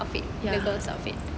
ya